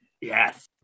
Yes